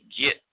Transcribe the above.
get